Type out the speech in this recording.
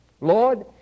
Lord